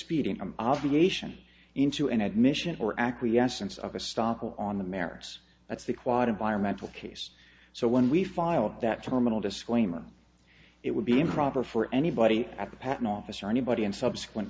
pedient obligation into an admission or acquiescence of a stop on the merits that's the quad environmental case so when we filed that terminal disclaimer it would be improper for anybody at the patent office or anybody in subsequent